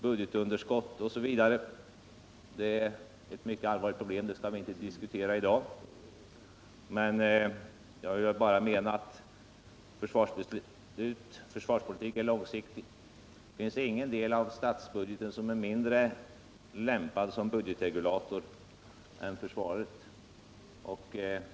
Budgetunderskottet är ett mycket allvarligt problem som vi dock inte i dag skall diskutera, men jag vill framhålla att försvarspolitiken är långsiktig. Det finns ingén del av statsbudgeten som är mindre lämpad som budgetregulator än försvaret.